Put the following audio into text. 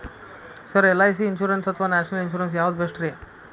Sir LIC insurance ಅಥವಾ national insurance ಯಾವುದು ಬೆಸ್ಟ್ರಿ?